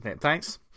Thanks